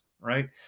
right